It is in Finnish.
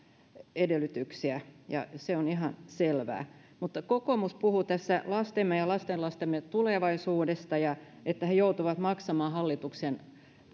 edellytyksiä se on ihan selvää kokoomus puhuu tässä lastemme ja lastenlastemme tulevaisuudesta että he joutuvat maksamaan hallituksen